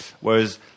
Whereas